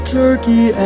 turkey